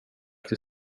till